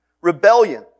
Rebellion